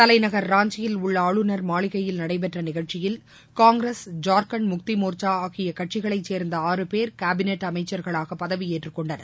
தலைநகர் ராஞ்சியில் உள்ள ஆளுநர் மாளிகையில் நடைபெற்ற நிகழ்ச்சியில் காங்கிரஸ் ஜார்க்கண்ட் முக்தி மோச்சா ஆகிய கட்சிகளைச் சோ்ந்த ஆறு போ காபினெட் அமைச்சாகளாக பதவியேற்றுக் கொண்டனர்